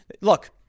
Look